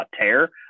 tear